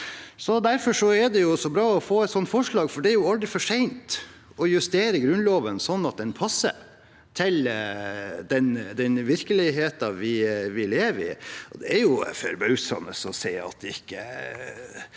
Derfor er det så bra å få et sånt forslag, for det er aldri for sent å justere Grunnloven sånn at den passer til den virkeligheten vi lever i. Det er forbausende å se at styringspartiene – vel,